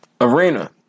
arena